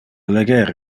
leger